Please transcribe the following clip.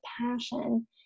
passion